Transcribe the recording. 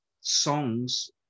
songs